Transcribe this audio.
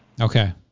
Okay